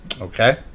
Okay